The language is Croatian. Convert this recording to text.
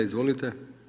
Izvolite.